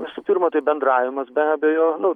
visų pirma tai bendravimas be abejo nu